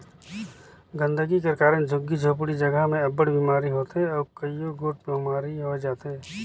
गंदगी कर कारन झुग्गी झोपड़ी जगहा में अब्बड़ बिमारी होथे अउ कइयो गोट महमारी होए जाथे